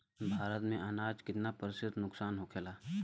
भारत में अनाज कितना प्रतिशत नुकसान होखेला?